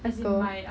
let's go